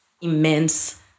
immense